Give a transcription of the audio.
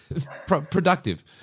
productive